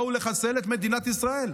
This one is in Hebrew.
באו לחסל את מדינת ישראל.